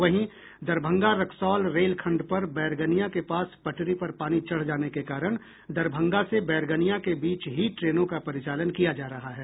वहीं दरभंगा रक्सौल रेलखंड पर बैरगनिया के पास पटरी पर पानी चढ़ जाने के कारण दरभंगा से बैरगनिया के बीच ही ट्रेनों का परिचालन किया जा रहा है